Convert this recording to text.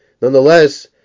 Nonetheless